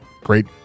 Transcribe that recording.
Great